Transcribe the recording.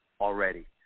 already